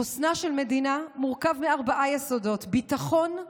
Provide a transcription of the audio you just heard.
חוסנה של מדינה מורכב מארבעה יסודות: ביטחון,